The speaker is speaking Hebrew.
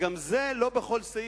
וגם זה לא בכל סעיף,